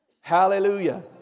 Hallelujah